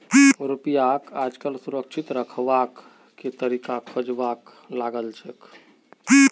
रुपयाक आजकल सुरक्षित रखवार के तरीका खोजवा लागल छेक